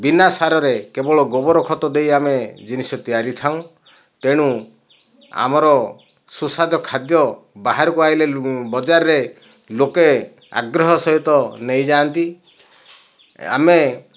ବିନା ସାରରେ କେବଳ ଗୋବର ଖତ ଦେଇ ଆମେ ଜିନିଷ ତିଆରି ଥାଉଁ ତେଣୁ ଆମର ସୁସ୍ୱାଦୁ ଖାଦ୍ୟ ବାହାରକୁ ଆସିଲେ ବଜାରରେ ଲୋକେ ଆଗ୍ରହ ସହିତ ନେଇଯାନ୍ତି ଆମେ